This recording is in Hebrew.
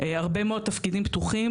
הרבה מאוד תפקידים פתוחים,